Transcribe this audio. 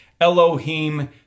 Elohim